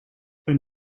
een